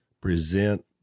present